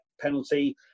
penalty